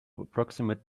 approximate